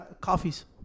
coffees